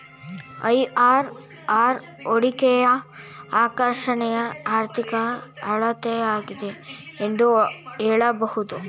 IRR ಹೂಡಿಕೆಯ ಆಕರ್ಷಣೆಯ ಆರ್ಥಿಕ ಅಳತೆಯಾಗಿದೆ ಎಂದು ಹೇಳಬಹುದು